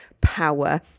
power